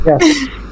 Yes